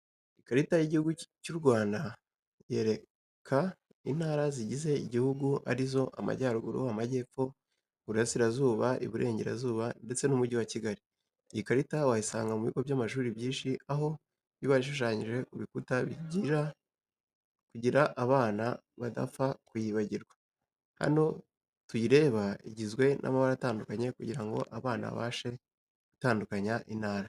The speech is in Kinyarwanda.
Ikarita y'igihugu cy'Urwanda yereka intara zigize igihugu arizo amajyaruguru, amajyepfo, iburasirazuba, iburengerazuba ndetse n'umujyi wa Kigali, iyi karita wayisanga mubigo by'amashuri byinshi aho iba ishushanyije kubikuta kugira abana badapfa kuyibagirwa, hano tuyireba igizwe n'amabara atandukanye kugira ngo abana babashe gutandukanya intara.